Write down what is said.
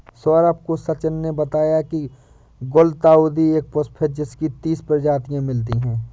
सौरभ को सचिन ने बताया की गुलदाउदी एक पुष्प है जिसकी तीस प्रजातियां मिलती है